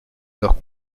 leur